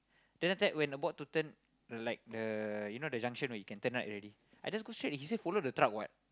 then after that when about to turn like the you know the junction you can turn right already I just go straight he say follow the truck what